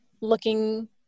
looking